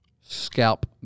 Scalp